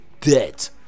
dead